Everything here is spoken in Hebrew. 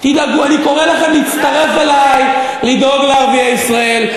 אני קורא לכם להצטרף אלי לדאוג לערביי ישראל.